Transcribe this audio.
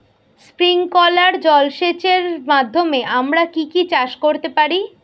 Sprinkler জলসেচের মাধ্যমে আমরা কি কি চাষ করতে পারি?